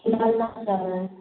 जाना है